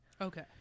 Okay